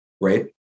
right